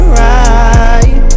right